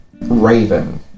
raven